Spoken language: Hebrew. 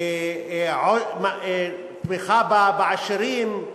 עוד תמיכה בעשירים,